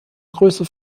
größe